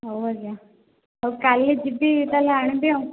ହଉ ଆଜ୍ଞା ହଉ କାଲି ଯିବି ତା'ହେଲେ ଆଣିବି ଆଉ